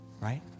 Right